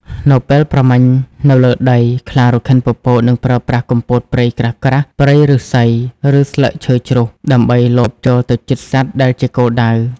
នៅពេលប្រមាញ់នៅលើដី ខ្លារខិនពពកនឹងប្រើប្រាស់ គុម្ពោតព្រៃក្រាស់ៗ ព្រៃឫស្សី ឬស្លឹកឈើជ្រុះ ដើម្បីលបចូលទៅជិតសត្វដែលជាគោលដៅ។